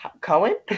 Cohen